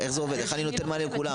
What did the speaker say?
איך אני נותן מענה לכולם?